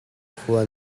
khua